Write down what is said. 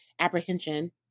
apprehension